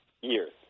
Years